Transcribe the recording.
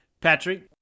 Patrick